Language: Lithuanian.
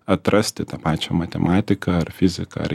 atrasti tą pačią matematiką ar fiziką ar